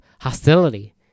hostility